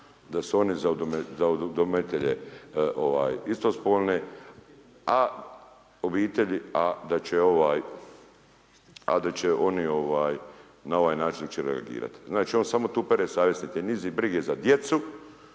da su oni za udomitelje ovaj istospolne a obitelji a da će ovaj, a da će oni ovaj na ovaj način će reagirati. Znači on samo tu pere savjest, nit je nizi brige za djecu